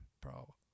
Bro